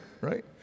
Right